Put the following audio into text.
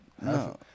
no